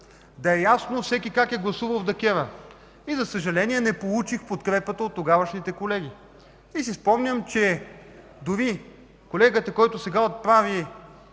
да е ясно всеки как е гласувал в ДКЕВР, но за съжаление не получих подкрепа от тогавашните колеги. Спомням си, че дори колегата, който сега отправи